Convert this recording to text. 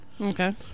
Okay